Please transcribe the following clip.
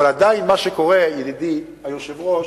אבל עדיין מה שקורה, ידידי היושב-ראש,